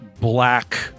black